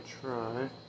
try